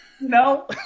No